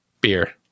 beer